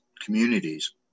communities